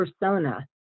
persona